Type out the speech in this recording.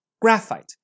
graphite